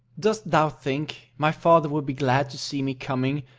dost thou think my father would be glad to see me coming,